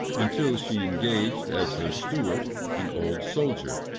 until she engaged as her steward an old soldier,